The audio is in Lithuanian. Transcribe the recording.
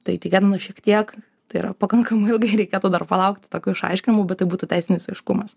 tai tikėtina šiek tiek tai yra pakankamai ilgai reikėtų dar palaukti tokio išaiškinimo bet tai būtų teisinis aiškumas